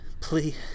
Please